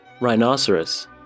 Rhinoceros